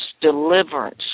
deliverance